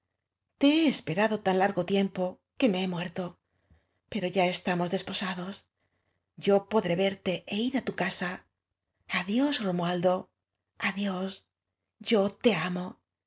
he esperado tan largo tiem po que me he muerto pero ya estamos despo sados yo podré verte é ir á tu casa adiós romualdo adiós yo te amo